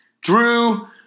drew